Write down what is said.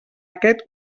aquest